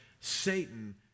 Satan